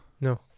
No